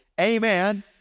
amen